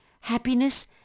happiness